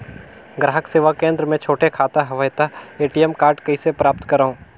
ग्राहक सेवा केंद्र मे छोटे खाता हवय त ए.टी.एम कारड कइसे प्राप्त करव?